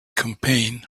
campaign